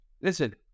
listen